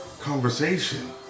conversation